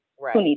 right